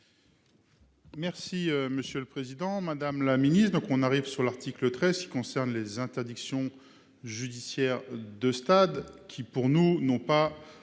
Merci, monsieur le Président Madame la Ministre donc on arrive sur l'article 13 qui concerne les interdictions judiciaires de stade qui pour nous n'ont pas